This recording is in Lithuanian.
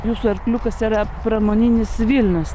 jūsų arkliukas yra pramoninis vilnius